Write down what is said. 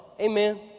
Amen